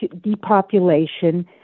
depopulation